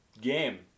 game